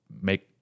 Make